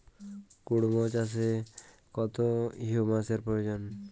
কুড়মো চাষে কত হিউমাসের প্রয়োজন?